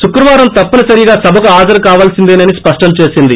శుక్రవారం తప్పని సరిగా సభకు హాజరుకావాల్సిందేనని స్పష్టం చేసింది